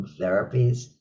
therapies